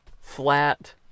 flat